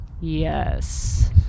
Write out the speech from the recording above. yes